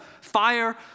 fire